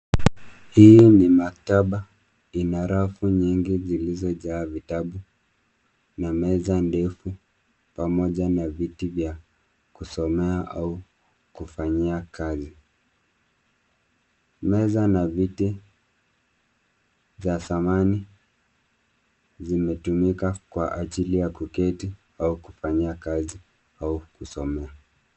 Hii ni maktaba inarafu nyingi zilizojaa vitabu na meza ndefu pamoja na viti vya kusomea au vya kufanyia kazi, meza na viti vya dhamani zimetumika kwa ajili ya kuketi au kufanyia kazi au kusoma.